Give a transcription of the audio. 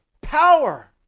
Power